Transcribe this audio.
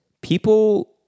People